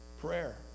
prayer